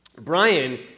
Brian